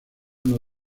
uno